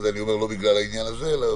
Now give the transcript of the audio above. ואת זה אני אומר לא בגלל העניין הזה אלא